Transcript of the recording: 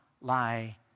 lie